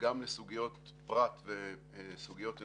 גם לסוגיות פרט וסוגיות אנושיות,